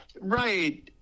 right